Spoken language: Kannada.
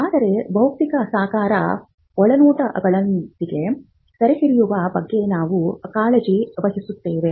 ಆದರೆ ಭೌತಿಕ ಸಾಕಾರ ಒಳನೋಟಗಳನ್ನು ಸೆರೆಹಿಡಿಯುವ ಬಗ್ಗೆ ನಾವು ಕಾಳಜಿ ವಹಿಸುತ್ತೇವೆ